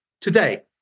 today